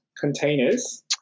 containers